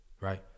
right